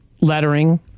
lettering